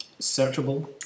searchable